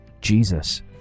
Jesus